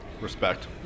Respect